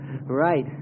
right